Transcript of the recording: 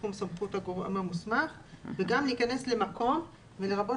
שבתחום סמכות הגורם המוסמך וגם להיכנס למקום לרבות